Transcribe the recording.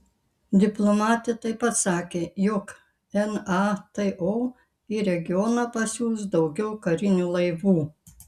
diplomatė taip pat sakė jog nato į regioną pasiųs daugiau karinių laivų